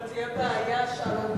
אבל תהיה בעיה שם,